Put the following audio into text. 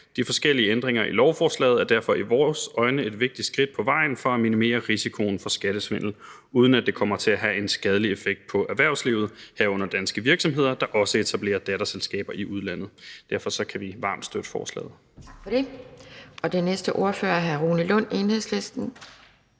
De forskellige ændringer i lovforslaget er derfor i vores øjne et vigtigt skridt på vejen mod at minimere risikoen for skattesvindel, uden at det kommer til at have en skadelig effekt på erhvervslivet, herunder danske virksomheder, der også etablerer datterselskaber i udlandet. Derfor kan vi varmt støtte forslaget.